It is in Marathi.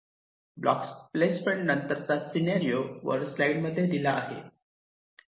ब्लॉक प्लेसमेंट नंतरचा सिनारिओ वर स्लाईड मध्ये दिला आहे